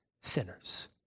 sinners